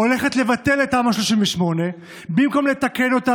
הולכת לבטל את תמ"א 38. במקום לתקן אותה